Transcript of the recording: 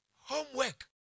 homework